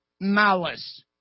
malice